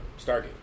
Stargate